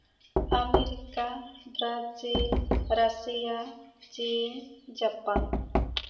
America Brazil Russia China Japan